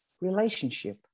relationship